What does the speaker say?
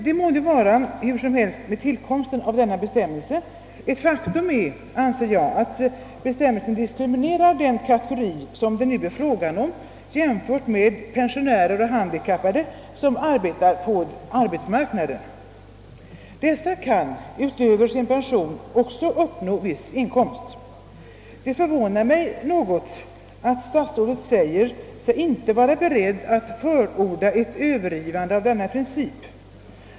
Det må nu vara hur som helst med tillkomsten av denna bestämmelse, ett faktum är, anser jag, att bestämmelsen diskriminerar den kategori som det nu är fråga om, jämfört med pensionärer och handikappade som arbetar på arbetsmarknaden. Dessa kan utöver sin pension också uppnå viss inkomst. Det förvånar mig något att statsrådet säger sig inte vara beredd att förorda ett övergivande av denna princip.